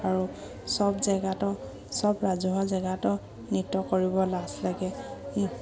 আৰু সব জেগাটো সব ৰাজহুৱা জেগাতো নৃত্য কৰিব লাজ লাগে